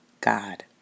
God